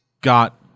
got